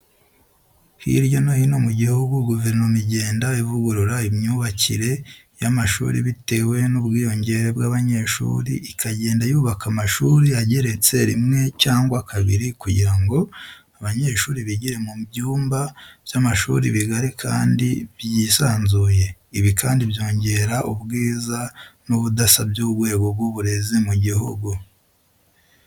Hirya no hino mu gihugu guverinoma igenda ivugurura imyubakire y'amashuri bitewe n'ubwiyongere bw'abanyeshuri ikagenda yubaka amashuri ageretse rimwe cyangwa kabiri kugira ngo abanyeshuri bigire mu myumba by'amashuri bigari kandi byisanzuye. Ibi kandi byongera ubwiza n'ubudasa by'urwego rw'uburezi mu gihugu.